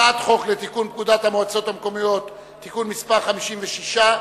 לתיקון פקודת המועצות המקומיות (מס' 56),